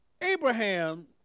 Abraham